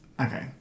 Okay